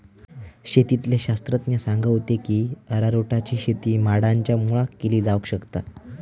शेतीतले शास्त्रज्ञ सांगा होते की अरारोटची शेती माडांच्या मुळाक केली जावक शकता